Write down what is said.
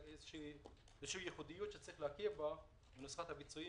זו ייחודיות שצריך להכיר בה ונוסחת הפיצויים